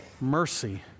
Mercy